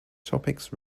topics